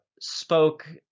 spoke